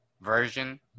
version